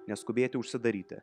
neskubėti užsidaryti